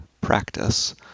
practice